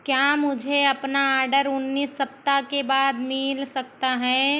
क्या मुझे अपना आडर उन्नीस सप्ताह के बाद मिल सकता है